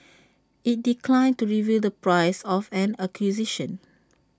IT declined to reveal the price of an acquisition